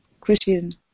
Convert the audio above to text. Christian